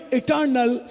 eternal